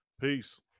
Peace